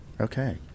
okay